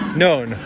known